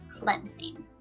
cleansing